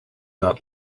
not